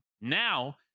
Now